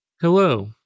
Hello